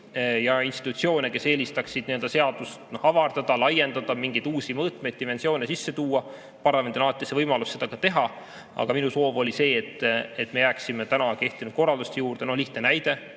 ja institutsioone, kes eelistaksid seadust avardada, laiendada, mingeid uusi mõõtmeid, dimensioone sisse tuua. Parlamendil on alati võimalik seda teha. Aga minu soov on olnud see, et me jääksime seni kehtinud korralduste juurde. Lihtne näide: